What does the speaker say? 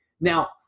now